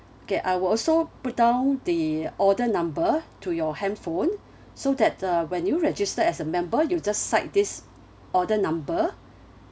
okay I will also put down the order number to your handphone so that uh when you register as a member you just cite this order number